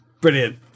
Brilliant